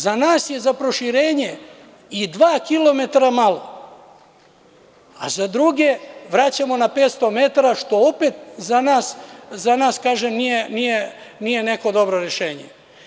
Za nas je za proširenje i dva kilometara malo, a za druge vraćamo na 500 metara, što opet za nas, kažem, nije neko dobro rešenje.